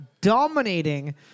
dominating